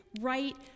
right